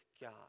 God